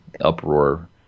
uproar